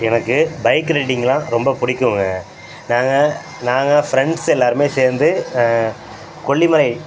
எனக்கு பைக் ரைடிங்னா ரொம்ப பிடிக்குங்க நாங்கள் நாங்கள் ஃப்ரெண்ட்ஸ் எல்லாருமே சேர்ந்து கொல்லிமலை